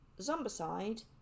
Zombicide